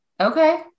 Okay